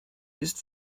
ist